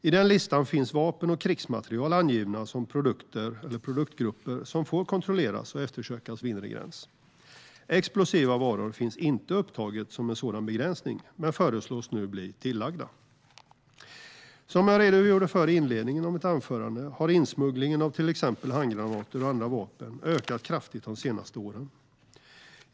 I den listan finns vapen och krigsmateriel angivna som produktgrupper som får kontrolleras och eftersökas vid inre gräns. Explosiva varor finns inte upptaget som en sådan begränsning men föreslås nu bli tillagda. Som jag redogjorde för i inledningen av mitt anförande har insmugglingen av till exempel handgranater och andra vapen ökat kraftigt de senaste åren.